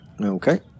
Okay